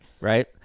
Right